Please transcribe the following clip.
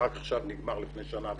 רק עכשיו נגמר, לפני שנה ומשהו,